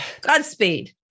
Godspeed